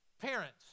Parents